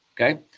okay